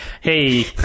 hey